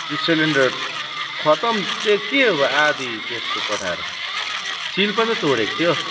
त्यो सिलिन्डर खत्तम त्यो के हो आधा त्यस्तो पठाएर सिल पनि त तोडेको थियो